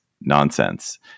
nonsense